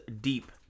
deep